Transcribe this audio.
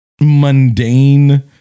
mundane